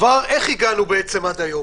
איך הגענו בעצם עד הלום?